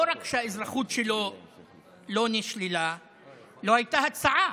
לא רק שהאזרחות שלו לא נשללה, לא הייתה הצעה.